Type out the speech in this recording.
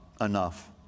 enough